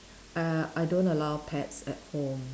err I don't allow pets at home